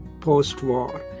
post-war